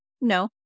No